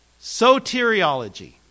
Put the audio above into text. soteriology